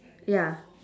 ya